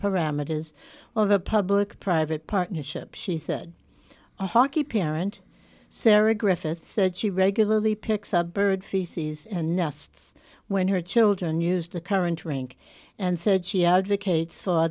parameters of a public private partnership she said a hockey parent sarah griffiths said she regularly picks up bird feces and nests when her children used the current rink and said she advocate